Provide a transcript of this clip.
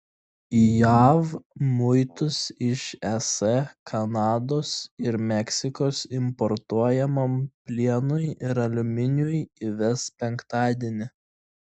jav muitus iš es kanados ir meksikos importuojamam plienui ir aliuminiui įves penktadienį